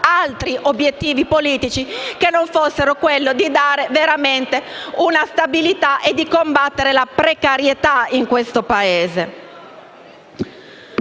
altri obiettivi politici che non fossero quello di dare veramente stabilità e di combattere la precarietà in questo Paese.